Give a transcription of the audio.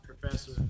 professor